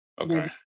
Okay